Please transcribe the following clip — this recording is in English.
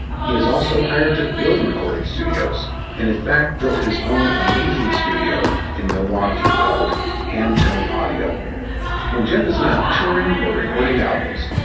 he is also hired to build recording studios and in fact built his own amazing studio in milwaukee called hamtone audio when jeff is not touring or recording albums,